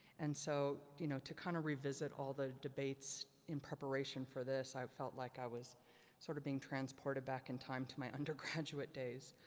and so, you know, to kinda revisit all the debates in preparation for this, i felt like i was sort of being transported back in time to my undergraduate days.